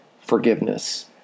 forgiveness